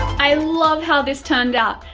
i love how this turned out.